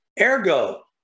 Ergo